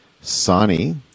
Sani